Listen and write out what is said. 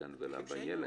מכאן ולהבא יהיה.